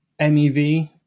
MEV